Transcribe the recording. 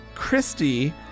Christy